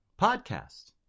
podcast